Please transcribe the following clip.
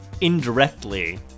indirectly